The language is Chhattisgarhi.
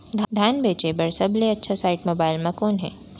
धान बेचे बर सबले अच्छा साइट मोबाइल म कोन हे?